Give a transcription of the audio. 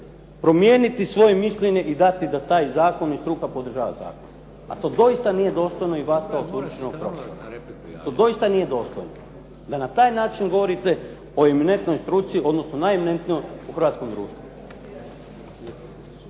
promijeniti svoje mišljenje i dati da taj zakon i struka podržava zakon, a to doista nije dostojno i vas kao sveučilišnog profesora. To doista nije dostojno da na taj način govorite o eminentnoj struci, odnosno najeminentnijoj u hrvatskom društvu.